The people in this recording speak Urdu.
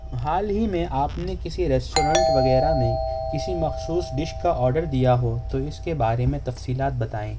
حال ہی میں آپ نے کسی ریسٹورانٹ وغیرہ میں کسی مخصوص ڈش کا آرڈر دیا ہو تو اس کے بارے میں تفصیلات بتائیں